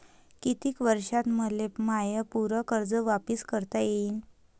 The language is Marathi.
कितीक वर्षात मले माय पूर कर्ज वापिस करता येईन?